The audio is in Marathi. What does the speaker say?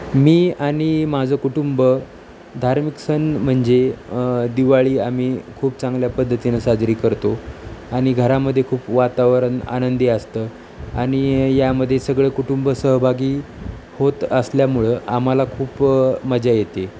मी आणि माझं कुटुंब धार्मिक सण म्हणजे दिवाळी आम्ही खूप चांगल्या पद्धतीनं साजरी करतो आणि घरामध्ये खूप वातावरण आनंदी असतं आणि यामध्ये सगळं कुटुंब सहभागी होत असल्यामुळं आम्हाला खूप मजा येते